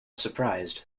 surprised